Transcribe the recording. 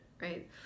right